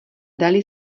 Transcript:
dali